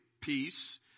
peace